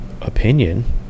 opinion